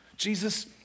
Jesus